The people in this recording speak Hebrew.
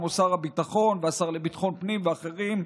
כמו שר הביטחון והשר לביטחון הפנים ואחרים,